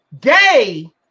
gay